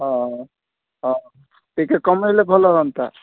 ହଁ ହଁ ଟିକେ କମେଇଲେ ଭଲ ହୁଅନ୍ତା